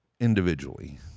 Individually